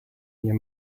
near